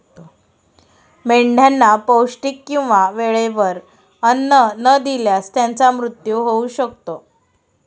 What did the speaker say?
मेंढ्यांना पौष्टिक किंवा वेळेवर अन्न न दिल्यास त्यांचा मृत्यू होऊ शकतो